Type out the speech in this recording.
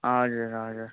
हजुर हजुर